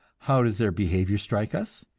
how does their behavior strike us?